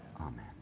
Amen